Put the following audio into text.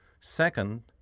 Second